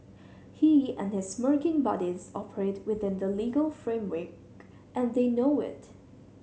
he and his smirking buddies operate within the legal framework and they know it